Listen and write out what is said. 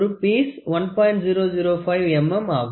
005 mm ஆகும்